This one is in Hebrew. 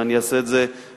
ואני אעשה את זה בזהירות,